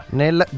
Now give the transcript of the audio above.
nel